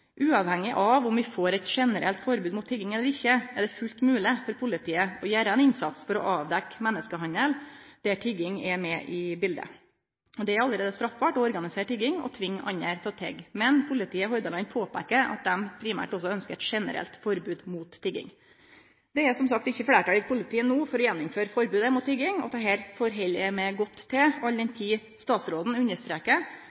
Uavhengig av om vi får eit generelt forbod mot tigging eller ikkje, er det fullt mogleg for politiet å gjere ein innsats for å avdekkje menneskehandel der tigging er med i biletet. Det er allereie straffbart å organisere tigging og tvinge andre til å tigge. Men politiet i Hordaland påpeiker at dei primært også ønskjer eit generelt forbod mot tigging. Det er som sagt ikkje fleirtal i politiet no for å gjeninnføre forbodet mot tigging, og dette taklar eg godt, all den tid statsråden understrekar at det